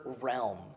realm